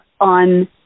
on